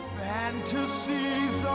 fantasies